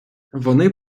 вони